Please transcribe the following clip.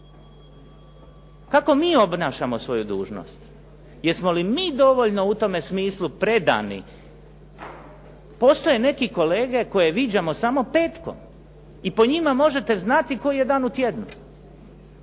Kako mi obnašamo svoju dužnost? Jesmo li mi dovoljno u tome smislu predani? Postoje neki kolege koje viđamo samo petkom i po njima možete znati koji je dan u tjednu.